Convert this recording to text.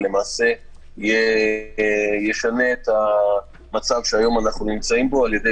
ולמעשה ישנה את המצב שהיום אנחנו נמצאים בו על ידי